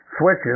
Switches